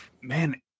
man